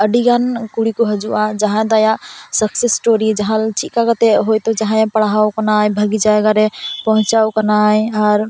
ᱟ ᱰᱤ ᱜᱟᱱ ᱠᱩᱲᱤ ᱠᱚ ᱦᱤᱡᱩᱜᱼᱟ ᱡᱟᱦᱟᱸᱭ ᱫᱚ ᱟᱭᱟᱜ ᱥᱟᱠᱥᱮᱥ ᱥᱴᱳᱨᱤ ᱡᱟᱦᱟᱸ ᱫᱚ ᱪᱮᱫ ᱞᱮᱠᱟ ᱠᱟᱛᱮᱜ ᱦᱳᱭᱛᱳ ᱡᱟᱦᱟᱸᱭᱮ ᱯᱟᱲᱦᱟᱣ ᱟᱠᱟᱱᱟ ᱵᱷᱟᱹᱜᱤ ᱡᱟᱭᱜᱟ ᱨᱮᱭ ᱯᱚᱦᱪᱷᱟᱣ ᱟᱠᱟᱱᱟᱭ ᱟᱨ